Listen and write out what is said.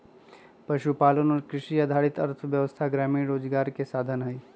पशुपालन और कृषि आधारित अर्थव्यवस्था ग्रामीण रोजगार के साधन हई